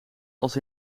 als